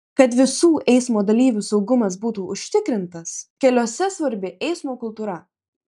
kad visų eismo dalyvių saugumas būtų užtikrintas keliuose svarbi eismo kultūra